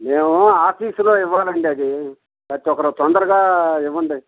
మేము ఆఫీసులో ఇవ్వాలండి అది ప్రతి ఒక్కరు తొందరగా ఇవ్వండి